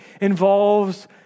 involves